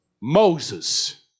Moses